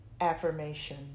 Affirmation